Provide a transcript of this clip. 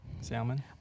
Salmon